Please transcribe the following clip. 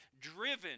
driven